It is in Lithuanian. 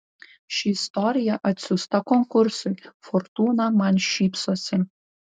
ši istorija atsiųsta konkursui fortūna man šypsosi